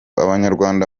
abanyarwanda